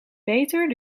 beter